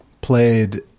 played